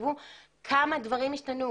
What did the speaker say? תחשבו כמה דברים השתנו,